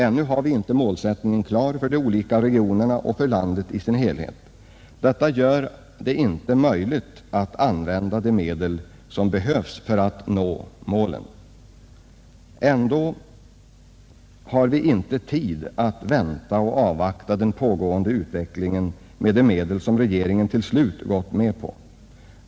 Ännu har vi inte målsättningen klar för de olika regionerna och för landet i sin helhet. Detta gör det inte möjligt att använda de medel, som behövs för att nå målen. Ändå har vi inte tid att vänta och avvakta den pågående utvecklingen med de medel som regeringen till slut gått med på.